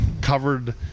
covered